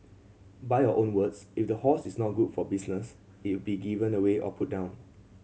by your own words if the horse is not good for business it be given away or put down